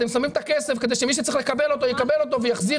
אתם שמים את הכסף כדי שמי שצריך לקבל אותו יקבל אותו ויחזיר